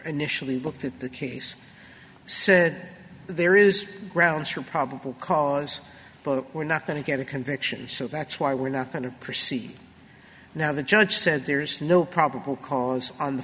initially looked at the case said there is grounds for probable cause but we're not going to get a conviction so that's why we're not going to proceed now the judge said there's no probable cause on the